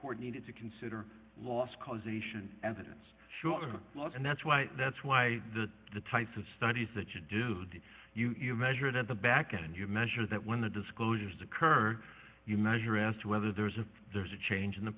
needed to consider last causation evidence shorter and that's why that's why the the types of studies that you do that you measured at the back and you measure that when the disclosures occur you measure as to whether there's a there's a change in the